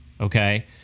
okay